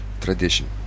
tradition